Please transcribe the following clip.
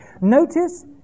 Notice